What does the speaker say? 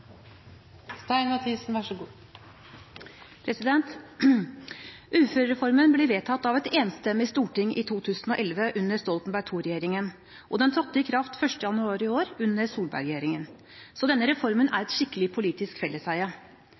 Uførereformen ble vedtatt av et enstemmig storting i 2011 under Stoltenberg II-regjeringen, og den trådte i kraft 1. januar i år under Solberg-regjeringen. Så denne reformen er et skikkelig politisk felleseie.